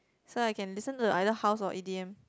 so I can listen to the either house or e_d_m